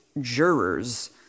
jurors